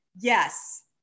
Yes